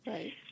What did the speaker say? Right